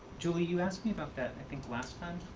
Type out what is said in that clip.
julie, you asked me about that i think last time.